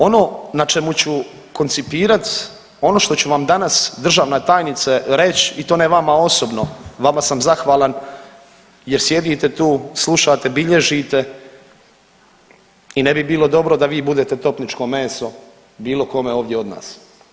Ono na čemu ću koncipirat, ono što ću vam danas državna tajnice reć i to ne vama osobno, vama sam zahvalan jer sjedite tu, slušate, bilježite i ne bi bilo dobro da vi budete topničko meso bilo kome ovdje od nas.